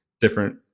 different